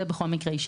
זה יישאר בכל מקרה.